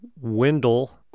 Wendell